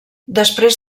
després